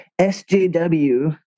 SJW